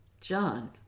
John